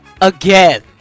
again